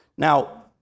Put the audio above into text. Now